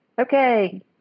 Okay